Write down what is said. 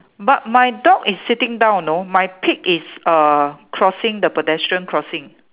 but my dog is sitting down you know my pig is uh crossing the pedestrian crossing